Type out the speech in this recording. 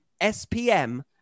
SPM